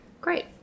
Great